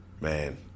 Man